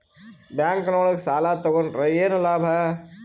Bank ನೊಳಗ ಸಾಲ ತಗೊಂಡ್ರ ಏನು ಲಾಭ?